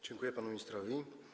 Dziękuję panu ministrowi.